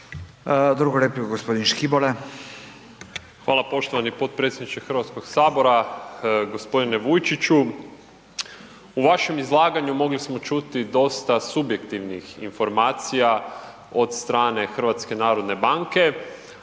Marin (Nezavisni)** Hvala poštovani podpredsjedniče Hrvatskog sabora, gospodine Vujčiću. U vašem izlaganju mogli smo čuti dosta subjektivnih informacija od strane Hrvatske narodne banke,